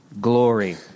glory